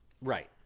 Right